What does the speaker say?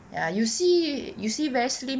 ya you see you see very slim